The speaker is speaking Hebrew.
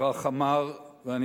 וכך אמר: